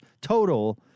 total